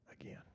again